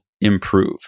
improve